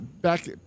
back